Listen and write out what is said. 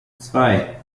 zwei